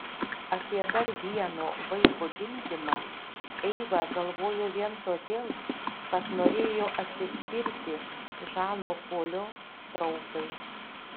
apie dar vieno vaiko gimdymą eiva galvojo vien todėl kad norėjo atsispirti žano polio traukai